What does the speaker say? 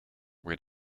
where